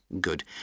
Good